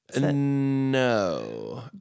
no